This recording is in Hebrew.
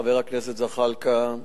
חבר הכנסת זחאלקה,